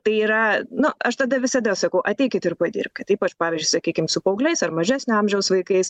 tai yra nu aš tada visada sakau ateikit ir padirbk ypač pavyzdžiui sakykim su paaugliais ar mažesnio amžiaus vaikais